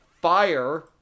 fire